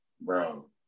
bro